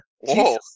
Whoa